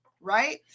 right